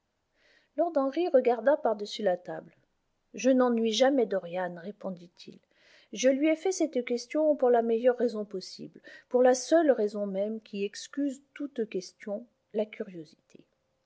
lord henry regarda par-dessus la table je n'ennuie jamais dorian répondit-il je lui ai fait cette question pour la meilleure raison possible pour la seule raison même qui excuse toute question la curiosité